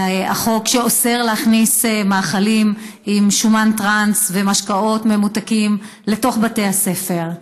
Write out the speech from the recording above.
החוק שאוסר להכניס מאכלים עם שומן טראנס ומשקאות ממותקים לתוך בתי הספר,